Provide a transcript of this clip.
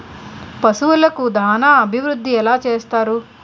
పశువులకు దాన అభివృద్ధి ఎలా చేస్తారు?